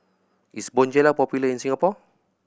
is Bonjela popular in Singapore